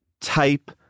type